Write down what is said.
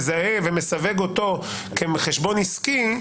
מזהה ומסווג אותו כחשבון עסקי,